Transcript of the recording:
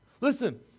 Listen